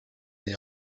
they